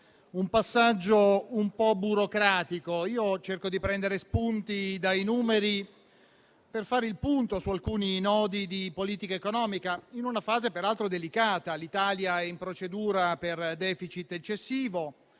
un passaggio un po' burocratico. Cerco di prendere spunti dai numeri per fare il punto su alcuni nodi di politica economica in una fase peraltro delicata: l'Italia è in procedura per *deficit* eccessivo;